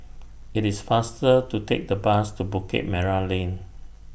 IT IS faster to Take The Bus to Bukit Merah Lane